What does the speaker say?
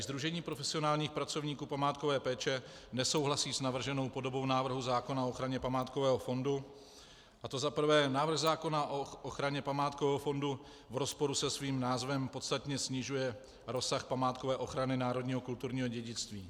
Sdružení profesionálních pracovníků památkové péče nesouhlasí s navrženou podobou návrhu zákona o ochraně památkového fondu, a to za prvé: Návrh zákona o ochraně památkového fondu v rozporu se svým názvem podstatně snižuje rozsah památkové ochrany národního kulturního dědictví.